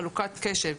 חלוקת קשב,